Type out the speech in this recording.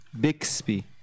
Bixby